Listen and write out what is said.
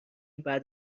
بعد